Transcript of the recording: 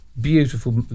beautiful